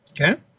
Okay